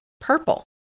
purple